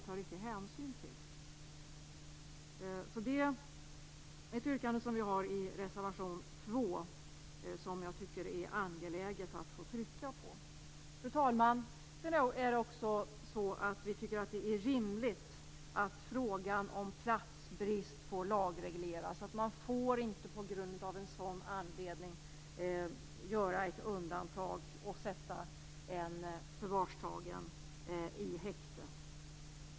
Man tar inte hänsyn till detta. Vi har ett yrkande om detta i reservation 2. Jag tycker att det angeläget att få trycka på det. Fru talman! Sedan tycker vi också att det är rimligt att frågan om platsbrist lagregleras. Man skall inte av en sådan anledning få göra ett undantag och sätta en förvarstagen i häkte.